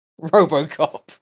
Robocop